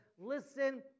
listen